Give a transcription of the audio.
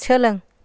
सोलों